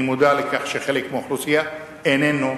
אני מודע לכך שחלק מהאוכלוסייה איננו